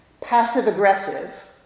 passive-aggressive